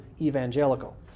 evangelical